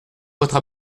votre